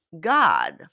God